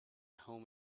home